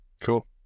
Cool